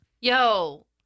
Yo